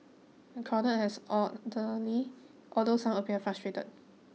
the crowd has orderly although some appeared frustrated